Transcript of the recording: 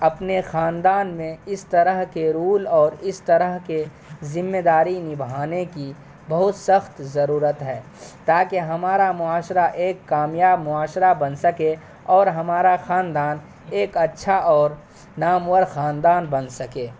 اپنے خاندان میں اس طرح کے رول اور اس طرح کے ذمےداری نبھانے کی بہت سخت ضرورت ہے تاکہ ہمارا معاشرہ ایک کامیاب معاشرہ بن سکے اور ہمارا خاندان ایک اچھا اور نامور خاندان بن سکے